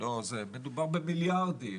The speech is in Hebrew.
מדובר במיליארדים,